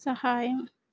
సహాయం